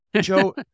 Joe